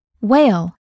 Whale